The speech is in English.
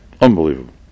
Unbelievable